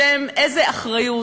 בשם איזו אחריות,